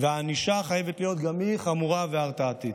והענישה חייבת להיות גם היא חמורה והרתעתית.